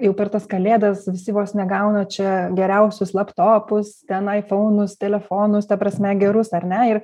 jau per tas kalėdas visi vos negauna čia geriausius laptopus ten aifounus telefonus ta prasme gerus ar ne ir